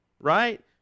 right